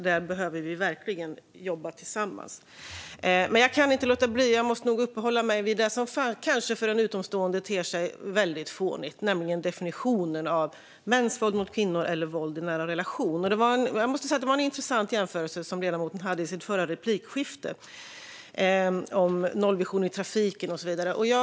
Där behöver vi verkligen jobba tillsammans. Jag kan inte låta bli att uppehålla mig vid det som för en utomstående kanske ter sig fånigt, nämligen definitionen av mäns våld mot kvinnor eller av våld i nära relation. Det var en intressant jämförelse som ledamoten hade i sitt förra replikskifte, om nollvision i trafiken och så vidare.